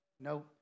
No